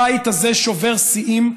הבית הזה שובר שיאים.